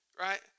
right